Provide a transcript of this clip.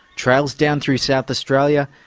trails down through south australia,